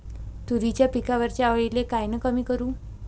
तुरीच्या पिकावरच्या अळीले कायनं कमी करू?